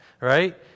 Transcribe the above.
right